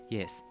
Yes